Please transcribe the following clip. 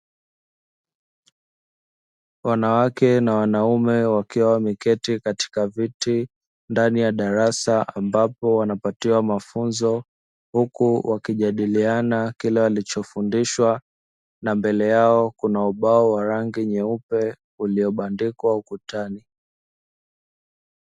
Wanawake na wanaume wakiwa wameketi katika viti ndani ya darasa ambapo wanapatiwa mafunzo huku wakijadiliana kile walichofundishwa na mbele yao kuna ubao wa rangi nyeupe uliobandikwa ukutani.